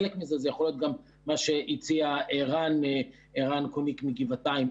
חלק מזה יכול להיות גם מה שהציע רן קוניק מגבעתיים,